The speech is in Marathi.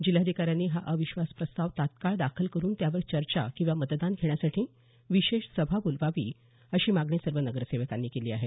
जिल्हाधिकाऱ्यांनी हा अविश्वास प्रस्ताव तत्काळ दाखल करून त्यावर चर्चा किंवा मतदान घेण्यासाठी विशेष सभा बोलवावी अशी मागणी सर्व नगरसेवकांनी केली आहे